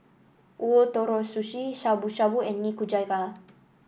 Ootoro Sushi Shabu Shabu and Nikujaga